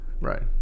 Right